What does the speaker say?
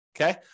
okay